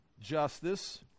justice